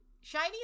Shiny